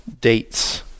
dates